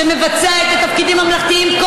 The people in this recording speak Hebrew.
שמבצע את התפקידים הממלכתיים,